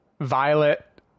violet